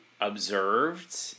observed